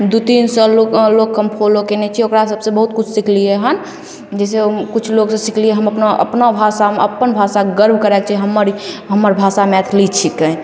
दू तीन सओ लोक लोकके हम फॉलो कयने छियै ओकरा सबसँ बहुत किछु सिखलियै हन जैसे किछु लोगसँ सिखलियै हम अपना अपना भाषा अपन भाषाके गर्व करयके चाही हमर ई हमर भाषा मैथिली छिकै